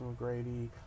McGrady